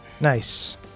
Nice